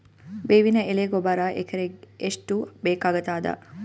ಬೇವಿನ ಎಲೆ ಗೊಬರಾ ಎಕರೆಗ್ ಎಷ್ಟು ಬೇಕಗತಾದ?